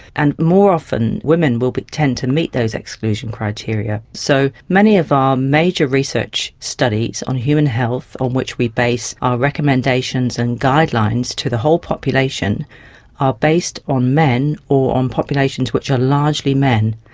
and more often women will but tend to meet those exclusion criteria. so many of our major research studies on human health on which we base our recommendations and guidelines to the whole population are based on men or on populations which are largely men,